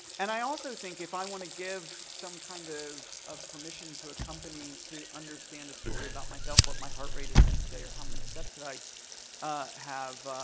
and i also think if i wanna give some kind of of permission to a company to understand a story about myself, what my heart rate has been today, or how many steps and did i have,